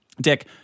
Dick